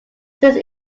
since